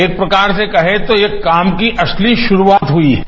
एक प्रकार से कहें तो यह काम की असली शुरूआत हुई है